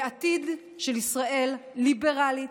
בעתיד של ישראל ליברלית,